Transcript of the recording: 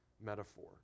metaphor